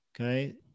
okay